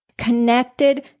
connected